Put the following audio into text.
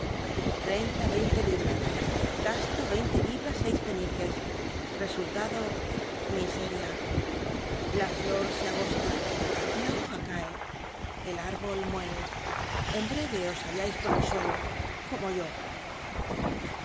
renta y einte libras gasto yeinte libras seis peniques resultado miseria la flor se agosta la hoja ene el árbol muere en breye os hallais por el suelo como yo